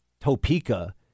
Topeka